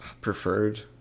preferred